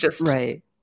Right